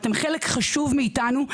אתם חלק חשוב מאיתנו,